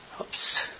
Oops